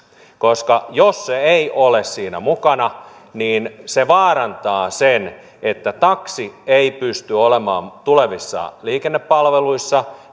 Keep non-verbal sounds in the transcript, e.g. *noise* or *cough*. koska jos se ei ole siinä mukana se vaarantaa sen että taksi pystyisi olemaan mukana tulevissa liikennepalveluissa *unintelligible*